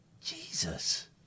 Jesus